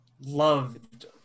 Loved